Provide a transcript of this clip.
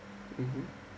mmhmm